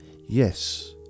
Yes